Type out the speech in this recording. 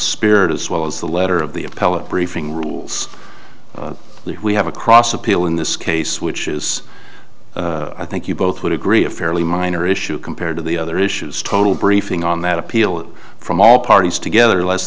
spirit as well as the letter of the appellate briefing rules we have across appeal in this case which is i think you both would agree a fairly minor issue compared to the other issues total briefing on that appeal from all parties together less